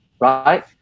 right